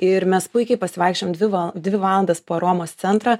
ir mes puikiai pasivaikščiojom dvi val dvi valandas po romos centrą